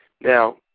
Now